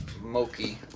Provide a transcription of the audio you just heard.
Moki